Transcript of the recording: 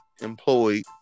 employed